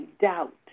doubt